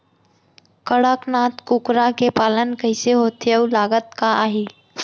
कड़कनाथ कुकरा के पालन कइसे होथे अऊ लागत का आही?